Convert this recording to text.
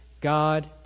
God